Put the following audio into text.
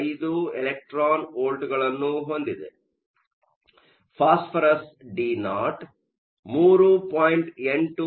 5 electron ವೋಲ್ಟ್ಗಳನ್ನು ಹೊಂದಿದೆ phosphorus ಡಿನಾಟ್ 3